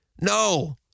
no